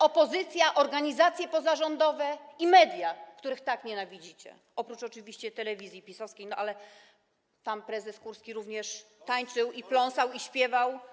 Opozycja, organizacje pozarządowe i media, których tak nienawidzicie, oprócz oczywiście telewizji PiS-owskiej, ale tam prezes Kurski również tańczył, pląsał, śpiewał.